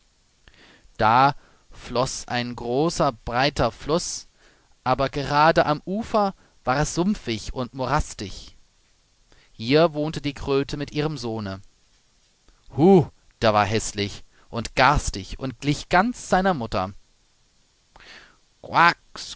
da floß ein großer breiter fluß aber gerade am ufer war es sumpfig und morastig hier wohnte die kröte mit ihrem sohne hu der war häßlich und garstig und glich ganz seiner mutter